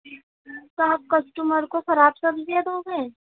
تو آپ کسٹمر کو خراب سبزیاں دو گے